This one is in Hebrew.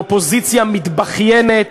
לאופוזיציה מתבכיינת,